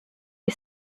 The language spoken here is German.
die